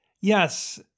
Yes